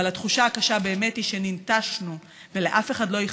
אבל התחושה הקשה באמת היא שננטשנו ולאף אחד לא אכפת.